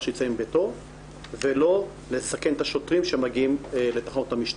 שייצא מביתו ולא לסכן את השוטרים שמגיעים לתחנות המשטרה.